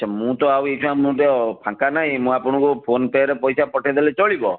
ଆଚ୍ଛା ମୁଁ ତ ଆଉ ଏଇଖିଣା ମୁଁ ତ ଫାଙ୍କା ନାହିଁ ମୁଁ ଆପଣଙ୍କୁ ଫୋନ୍ ପେରେ ପଇସା ପଠେଇ ଦେଲେ ଚଳିବ